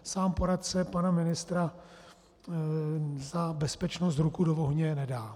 Sám poradce pana ministra za bezpečnost ruku do ohně nedá.